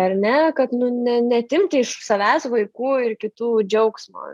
ar ne kad nu ne neatimti iš savęs vaikų ir kitų džiaugsmo